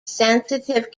sensitive